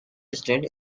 stint